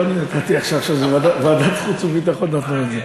לא אני נתתי, ועדת החוץ והביטחון נתנה את זה.